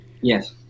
Yes